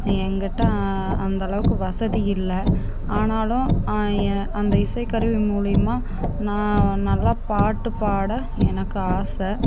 என்கிட்ட அந்த அளவுக்கு வசதி இல்லை ஆனாலும் ஏ அந்த இசைக்கருவி மூலியமாக நான் நல்லா பாட்டு பாட எனக்கு ஆசை